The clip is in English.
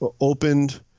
opened